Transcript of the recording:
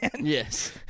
Yes